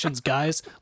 guys